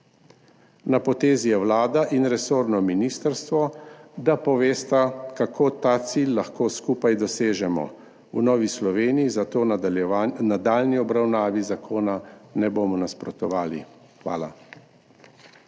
Na potezi sta Vlada in resorno ministrstvo, da povesta, kako ta cilj lahko dosežemo skupaj. V Novi Sloveniji zato nadaljnji obravnavi zakona ne bomo nasprotovali. Hvala.